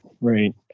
right